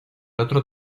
otro